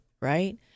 right